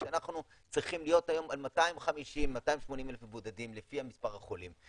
כשאנחנו צריכים להיות היום על 250 280 אלף מבודדים לפי מספר החולים.